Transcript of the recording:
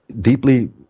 deeply